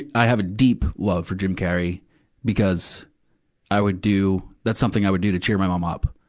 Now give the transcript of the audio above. and i have a deep love for jim carrey because i would do, that something i would do to cheer my mom up.